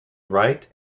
wright